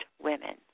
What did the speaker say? women